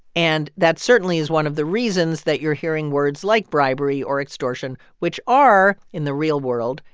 and that certainly is one of the reasons that you're hearing words like bribery or extortion, which are, in the real world,